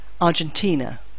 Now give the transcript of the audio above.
Argentina